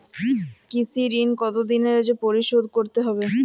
কৃষি ঋণ কতোদিনে পরিশোধ করতে হবে?